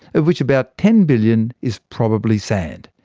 of which about ten billion is probably sand.